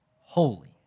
holy